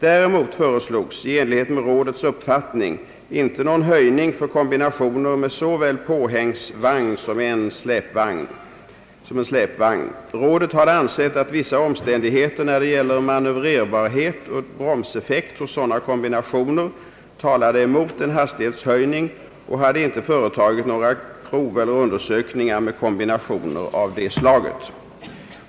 Däremot föreslogs — i enlighet med rådets uppfattning — inte någon höjning för kombinationer med såväl påhängsvagn som en släpvagn. Rådet hade ansett att vissa omständigheter när det gäller manövrerbarhet och bromseffekt hos sådana kombinationer talade emot en hastighetshöjning och hade inte företagit några prov eller undersökningar med kombinationer av det slaget.